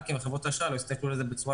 שהבנקים וחברות אשראי לא יסתכלו על זה בצורה